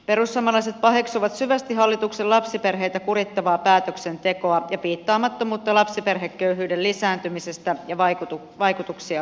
perussuomalaiset paheksuvat syvästi hallituksen lapsiperheitä kurittavaa päätöksentekoa ja piittaamattomuutta lapsiperheköyhyyden lisääntymistä ja vaikutuksia kohtaan